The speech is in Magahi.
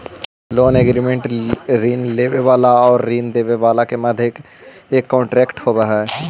लोन एग्रीमेंट ऋण लेवे वाला आउर ऋण देवे वाला के मध्य एक कॉन्ट्रैक्ट होवे हई